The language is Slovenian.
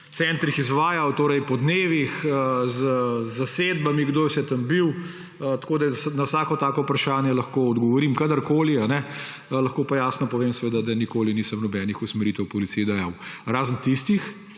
centrih izvajal, torej po dnevih, z zasedbami, kdo vse je tam bil. Na vsako tako vprašanje lahko odgovorim kadarkoli. Lahko pa jasno povem, da nikoli nisem nobenih usmeritev policiji dajal. Razen tistih,